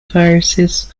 viruses